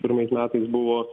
pirmais metais buvo